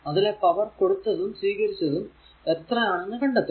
അതിലെ പവർ കൊടുത്തതും സ്വീകരിച്ചതും എത്ര ആണെന്ന് കണ്ടെത്തുക